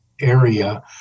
area